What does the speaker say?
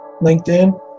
LinkedIn